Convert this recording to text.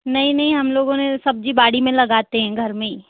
नहीं नहीं हम लोगों ने सब्जी बाड़ी में लगाते हैं घर में ही